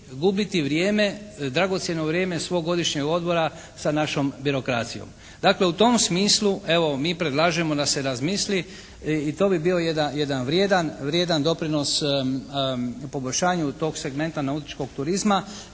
gubiti vrijeme, dragocjeno vrijeme svog godišnjeg odmora sa našom birokracijom. Dakle, u tom smislu evo mi predlažemo da se razmisli i to bi bio jedan vrijedan doprinos poboljšanju tog segmenta nautičkog turizma